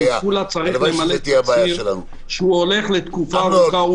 צריך למלא טופס שהוא הולך לתקופה ארוכה.